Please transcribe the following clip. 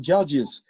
Judges